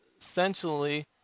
essentially